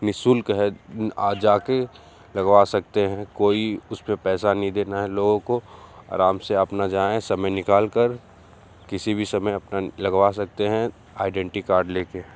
निःशुल्क है आ जा के लगवा सकते हैं कोई उसपे पैसा नहीं देना है लोगों को आराम से अपना जाएँ समय निकालकर किसी भी समय अपना लगवा सकते हैं आइडेंटी कार्ड लेके